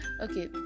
Okay